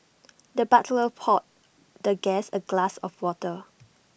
the butler poured the guest A glass of water